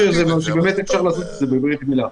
היחיד שאפשר לעשות את זה הוא בברית מילה.